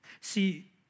See